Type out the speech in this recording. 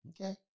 Okay